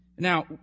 Now